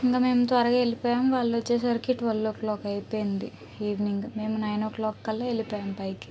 ఇంక మేమ్ త్వరగా వెల్లిపోయాం వాళ్ళొచ్చేసరికి ట్వల్ ఓ క్లాక్ అయిపోయింది ఈవ్నింగ్ మేమ్ నైన్ ఓ క్లాక్ కల్లా వెల్లిపోయాం పైకి